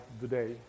today